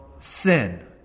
sin